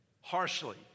harshly